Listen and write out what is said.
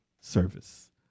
service